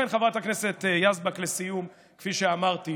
ובכן, חברת הכנסת יזבק, לסיום, כפי שאמרתי,